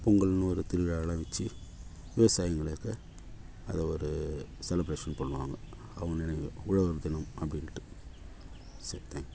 பொங்கல்னு ஒரு திருவிழாவெலாம் வெச்சு விவசாயிகளுக்கு அதை ஒரு செலப்ரேஷன் பண்ணுவாங்க அவங்களே உழவர் தினம் அப்படின்ட்டு சரி தேங்க்யூ